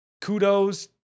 Kudos